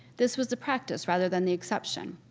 this was the practice rather than the exception.